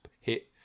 hit